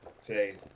say